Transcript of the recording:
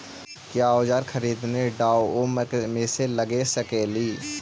क्या ओजार खरीदने ड़ाओकमेसे लगे सकेली?